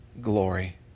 glory